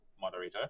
moderator